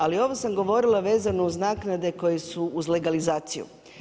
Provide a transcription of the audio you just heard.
Ali ovo sam govorila vezano uz naknade koje su uz legalizaciju.